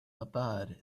abad